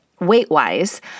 Weight-wise